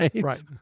right